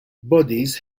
bodies